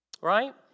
right